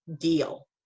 deal